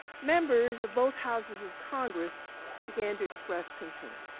members of both houses of congress began to express concern.